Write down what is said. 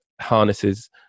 harnesses